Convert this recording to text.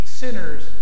sinners